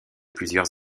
plusieurs